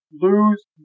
lose